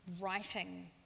writing